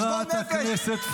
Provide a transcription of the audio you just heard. חברת הכנסת פרידמן.